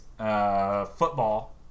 Football